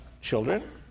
children